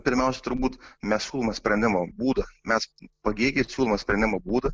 pirmiausia turbūt mes siūlome sprendimo būdą mes pagėgiai siūlome sprendimo būdą